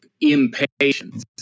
impatience